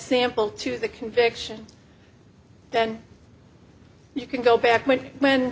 sample to the conviction then you can go back when when